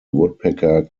woodpecker